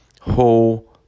whole